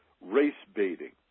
race-baiting